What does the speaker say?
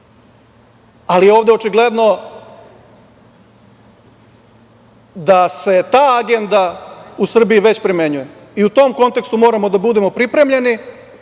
ali je ovde očigledno da se ta agenda u Srbiji već primenjuje i u tom kontekstu moramo da budemo pripremljeni